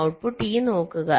output E നോക്കുക